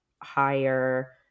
higher